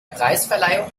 preisverleihung